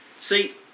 See